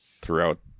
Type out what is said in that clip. throughout